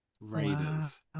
Raiders